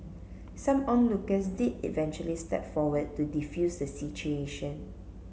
some onlookers did eventually step forward to defuse the situation